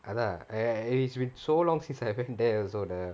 !hanna! it's been so long since I went there also the